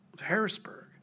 Harrisburg